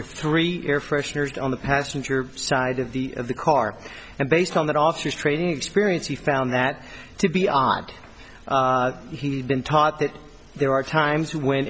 were three air fresheners on the passenger side of the of the car and based on that officer training experience he found that to be odd he had been taught that there are times when